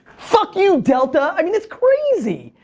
fuck you delta, i mean it's crazy,